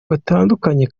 batandukanye